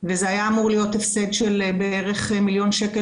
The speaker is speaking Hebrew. וזה היה אמור להיות הפסד של בערך מיליון שקל